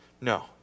No